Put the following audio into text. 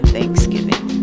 Thanksgiving